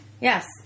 Yes